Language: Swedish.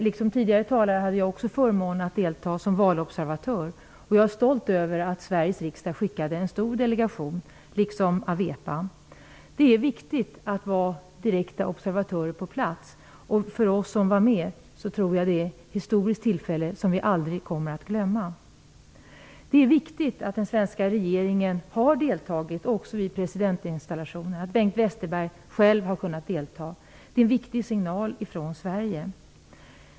Liksom tidigare talare hade också jag förmånen att delta som valobservatör, och jag är stolt över att Sveriges riksdag skickade en stor delegation, liksom AWEPA. Det är viktigt att ha observatörer direkt på plats, och för oss som var med var det ett historiskt tillfälle som vi aldrig kommer att glömma. Det var också viktigt att den svenska regeringen deltog i presidentinstallationen, att Bengt Westerberg själv kunde delta. Det är en viktig signal från Sverige.